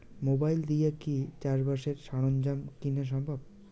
Mobile দিয়া কি চাষবাসের সরঞ্জাম কিনা সম্ভব?